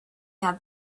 have